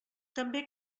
també